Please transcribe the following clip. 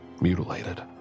mutilated